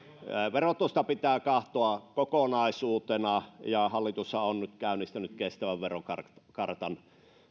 verotusta pitää katsoa kokonaisuutena hallitushan on nyt käynnistänyt sellaisen kestävän verotiekartan